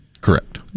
Correct